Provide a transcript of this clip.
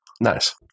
Nice